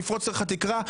נפרוץ דרך התקרה.